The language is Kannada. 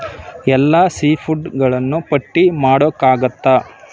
ಎಲ್ಲ ಸೀ ಫುಡ್ಗಳನ್ನೂ ಪಟ್ಟಿ ಮಾಡೋಕ್ಕಾಗುತ್ತಾ